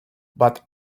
but